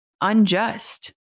unjust